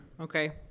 okay